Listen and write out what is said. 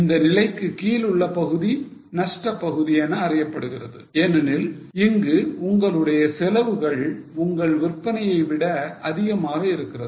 இந்த நிலைக்கு கீழுள்ள பகுதி நஷ்ட பகுதி என அறியப்படுகிறது ஏனெனில் இங்கு உங்களுடைய செலவுகள் உங்கள் விற்பனையை விட அதிகமாக இருக்கிறது